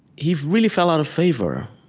he really fell out of favor.